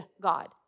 God